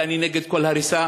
ואני נגד כל הריסה,